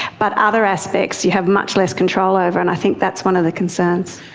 but other aspects you have much less control over and i think that's one of the concerns.